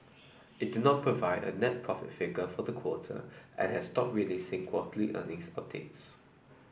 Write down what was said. it did not provide a net profit figure for the quarter and has stopped releasing quarterly earnings updates